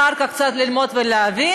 אחר כך קצת ללמוד ולהבין,